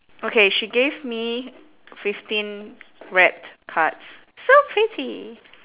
okay she gave me fifteen red cards so pretty